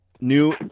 new